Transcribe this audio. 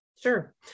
Sure